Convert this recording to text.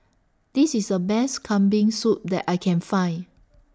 This IS A Best Kambing Soup that I Can Find